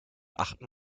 achten